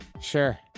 sure